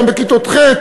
גם בכיתות ח',